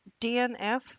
DNF